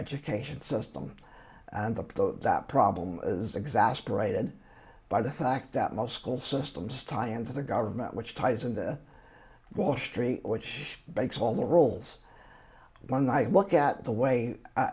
education system and the people that problem is exasperated by the fact that most school systems tie into the government which ties into wall street which makes all the rules when i look at the way